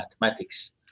mathematics